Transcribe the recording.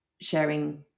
sharing